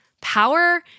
Power